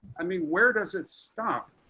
i mean, where does it stop.